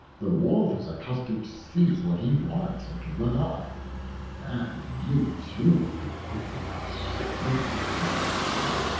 the wolf is accustomed to seize what he wants and to run off and you, too, can quickly outstrip me in your rapid flight.